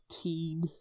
teen